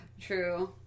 True